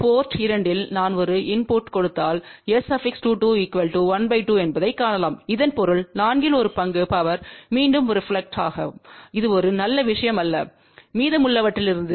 board 2 இல் நான் ஒரு இன்புட்டைக் கொடுத்தால் S22 12 என்பதைக் காணலாம் இதன் பொருள் நான்கில் ஒரு பங்கு பவர் மீண்டும் ரெபிளெக்ட் அது ஒரு நல்ல விஷயம் அல்ல மீதமுள்ளவற்றிலிருந்து